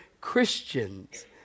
Christians